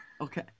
Okay